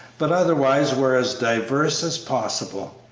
but otherwise were as diverse as possible.